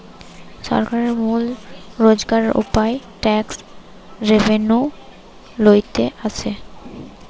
সরকারের মূল রোজগারের উপায় ট্যাক্স রেভেন্যু লইতে আসে